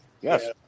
Yes